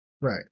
Right